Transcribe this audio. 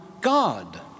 God